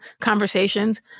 conversations